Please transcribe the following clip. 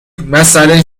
مسئله